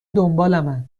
دنبالمن